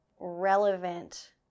relevant